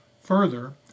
Further